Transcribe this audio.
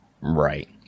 Right